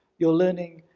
you're learning,